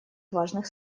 важных